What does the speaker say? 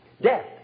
Death